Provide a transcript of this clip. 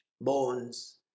bones